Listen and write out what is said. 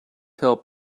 help